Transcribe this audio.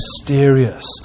mysterious